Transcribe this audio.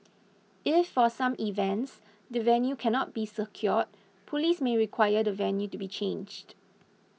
if for some events the venue cannot be secured police may require the venue to be changed